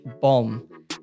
bomb